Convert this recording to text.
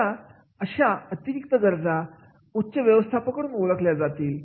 आता अशा अतिरिक्त गरजा उच्च व्यवस्थापनाकडून ओळखल्या जातील